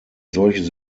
solches